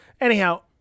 Anyhow